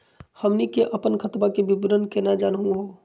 हमनी के अपन खतवा के विवरण केना जानहु हो?